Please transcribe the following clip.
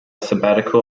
sabbatical